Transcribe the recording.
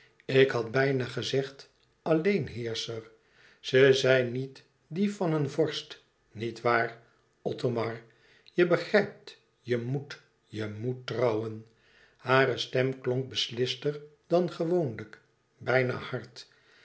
ik had bijna gezegd alleenheerscher ze zijn niet die van een vorst niet waar othomar je begrijpt je met je met trouwen hare stem klonk beslister dan gewoonlijk bijna hard